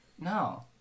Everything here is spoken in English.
no